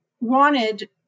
wanted